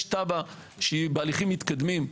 יש תב"ע בהליכים מתקדמים,